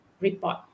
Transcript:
report